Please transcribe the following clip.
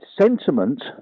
sentiment